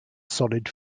solid